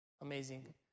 amazing